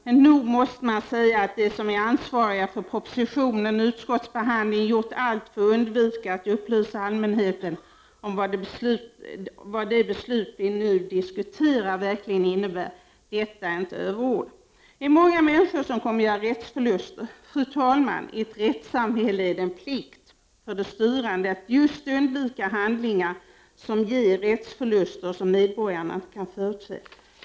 Men nog måste man säga att de som är ansvariga för propositionen och utskottsbehandlingen gjort allt för att undvika att upplysa allmänheten om vad det beslut vi nu diskuterar verkligen innebär. Detta är inte överord. Det är många människor som kommer att göra rättsförluster. Fru talman! I ett rättssamhälle är det en plikt för de styrande att just undvika handlingar som ger rättsförluster och som medborgarna inte kan förutse.